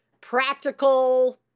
practical